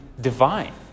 divine